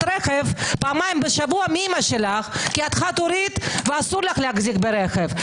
רכב פעמיים בשבוע מאמא שלך כי את חד הורית ואסור לך להחזיק ברכב.